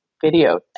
video